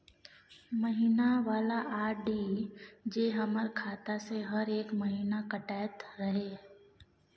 महीना वाला आर.डी जे हमर खाता से हरेक महीना कटैत रहे?